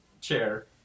Chair